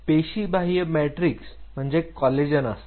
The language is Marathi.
पेशीबाह्य मॅट्रिक्स मध्ये कॉलेजन असते